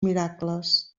miracles